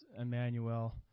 Emmanuel